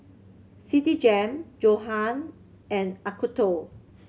Citigem Johan and Acuto